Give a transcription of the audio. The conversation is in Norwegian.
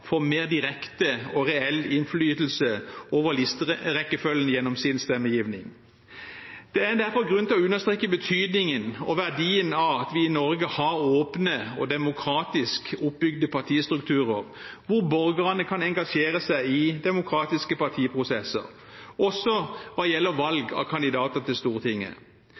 får mer direkte og reell innflytelse over listerekkefølgen gjennom sin stemmegivning. Det er derfor grunn til å understreke betydningen og verdien av at vi i Norge har åpne og demokratisk oppbygde partistrukturer hvor borgerne kan engasjere seg i demokratiske partiprosesser, også hva gjelder valg av kandidater til Stortinget.